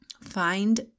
Find